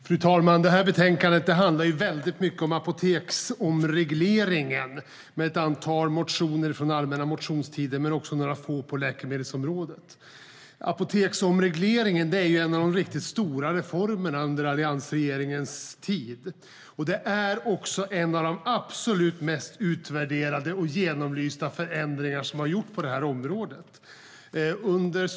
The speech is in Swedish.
Fru talman! Betänkandet som vi nu debatterar handlar till stor del om apoteksomregleringen med ett antal motioner från allmänna motionstiden. Det finns också några motioner gällande läkemedelsområdet. Apoteksomregleringen är en av de riktigt stora reformer som alliansregeringen genomförde. Det är också en av de absolut mest utvärderade och genomlysta förändringar som gjorts på området.